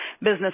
business